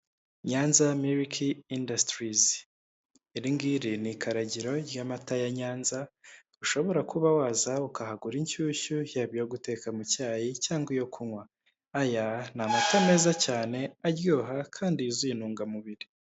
Nyanza miliki indasitirizi, iri ngiri ni ikaragiro y'amata ya Nyanza, ushobora kuba waza ukahagura inshyushyu yaba iyo guteka mu cyayi cyangwa iyo kunywa, aya ni amata meza cyane aryoha kandi yuzuye intungamubiri.